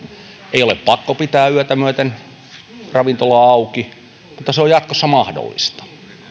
ei ole pakko pitää yötä myöten ravintolaa auki mutta se on jatkossa mahdollista